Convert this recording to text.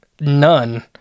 none